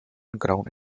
ground